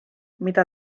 mida